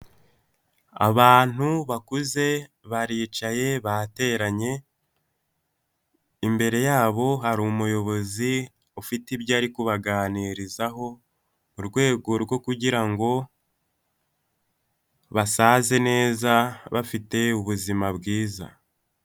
Abantu bakuze baricaye bateranye, imbere yabo hari umuyobozi ufite ibyo ari kubaganirizaho, mu rwego rwo kugira ngo basaze neza bafite ubuzima bwiza.